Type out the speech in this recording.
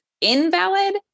invalid